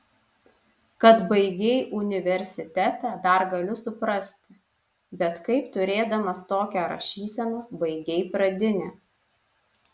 kad baigei universitetą dar galiu suprasti bet kaip turėdamas tokią rašyseną baigei pradinę